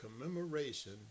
commemoration